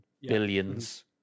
Billions